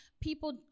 People